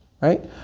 right